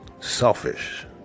selfish